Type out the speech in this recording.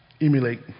emulate